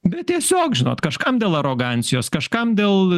bet tiesiog žinot kažkam dėl arogancijos kažkam dėl